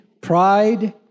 pride